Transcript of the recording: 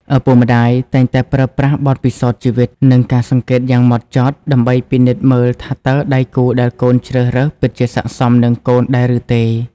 ឪពុកម្ដាយតែងតែប្រើប្រាស់បទពិសោធន៍ជីវិត និងការសង្កេតយ៉ាងហ្មត់ចត់ ដើម្បីពិនិត្យមើលថាតើដៃគូដែលកូនជ្រើសរើសពិតជាស័ក្តិសមនឹងកូនដែរឬទេ។